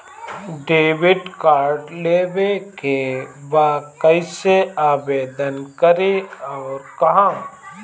Debit card लेवे के बा कइसे आवेदन करी अउर कहाँ?